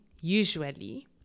usually